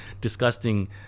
disgusting